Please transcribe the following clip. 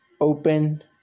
Open